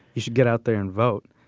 you should get out there and vote.